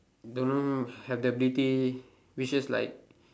don't have the ability which is like